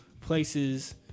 places